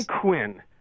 Quinn